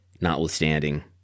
notwithstanding